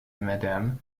mme